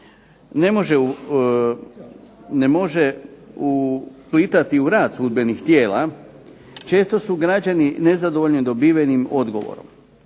ne može uplitati u rad sudbenih tijela često su građani nezadovoljni dobivenim odgovorom.